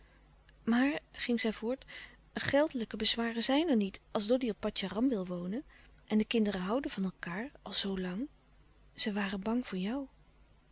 maar ging zij voort geldelijke bezwaren zijn er niet als doddy op patjaram wil wonen en de kinderen houden van elkaâr al zoo lang zij waren bang voor jou